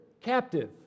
captive